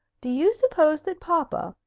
do you suppose that papa,